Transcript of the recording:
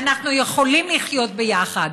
אנחנו יכולים לחיות ביחד,